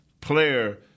player